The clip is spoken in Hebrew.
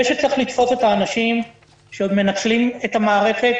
זה שצריך לתפוס את האנשים שעוד מנצלים את המערכת,